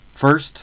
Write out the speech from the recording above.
First